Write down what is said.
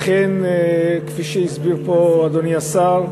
אכן כפי שהסביר פה אדוני השר,